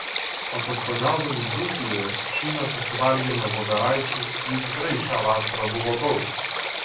atostogaudami dzūkijoje šįmet atsivalgėme voveraičių jų tikrai šią vasarą buvo daug